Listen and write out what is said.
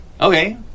Okay